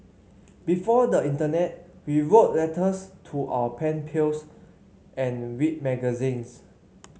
before the internet we wrote letters to our pen pals and read magazines